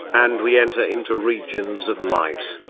and we enter into regions of light,